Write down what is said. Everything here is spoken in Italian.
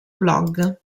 blog